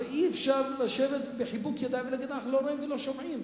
הרי אי-אפשר לשבת בחיבוק ידיים ולהגיד: אנחנו לא רואים ולא שומעים.